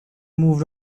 moved